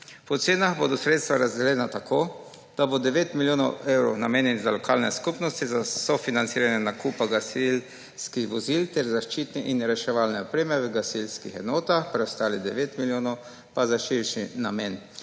Po ocenah bodo sredstva razdeljena tako, da bo 9 milijonov evrov namenjenih za lokalne skupnosti za sofinanciranje nakupa gasilskih vozil ter zaščitne in reševalne opreme v gasilskih enotah, preostalih 9 milijonov pa za širši namen,